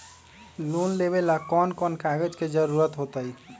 Loan लेवेला कौन कौन कागज के जरूरत होतई?